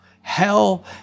Hell